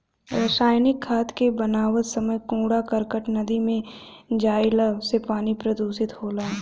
रासायनिक खाद के बनावत समय कूड़ा करकट नदी में जईला से पानी प्रदूषित होला